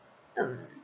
um